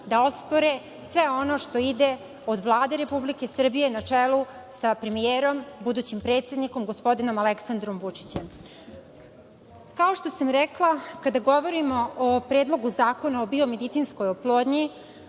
da ospore sve ono što ide od Vlade Republike Srbije na čelu sa premijerom, budućim predsednikom, gospodinom Aleksandrom Vučićem. Kao što sam rekla, kada govorimo o Predlogu zakona o biomedicinskoj oplodnji,